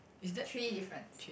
three difference